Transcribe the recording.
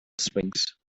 sphinx